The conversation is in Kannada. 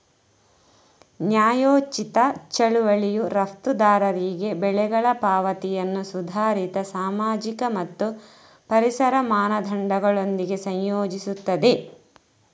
ನ್ಯಾಯೋಚಿತ ಚಳುವಳಿಯು ರಫ್ತುದಾರರಿಗೆ ಬೆಲೆಗಳ ಪಾವತಿಯನ್ನು ಸುಧಾರಿತ ಸಾಮಾಜಿಕ ಮತ್ತು ಪರಿಸರ ಮಾನದಂಡಗಳೊಂದಿಗೆ ಸಂಯೋಜಿಸುತ್ತದೆ